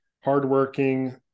hardworking